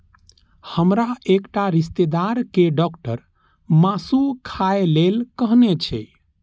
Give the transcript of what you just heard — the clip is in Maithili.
हमर एकटा रिश्तेदार कें डॉक्टर मासु खाय लेल कहने छै